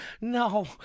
no